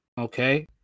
Okay